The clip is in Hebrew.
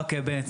הרבה.